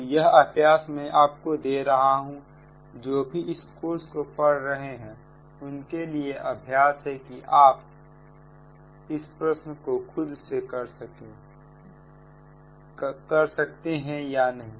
तो यह अभ्यास में आपको दे रहा हूं जो भी इस कोर्स को पढ़ रहे हैं उनके लिए अभ्यास है कि क्या आप इस प्रश्न को खुद से कर सकते हैं या नहीं